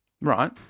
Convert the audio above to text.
Right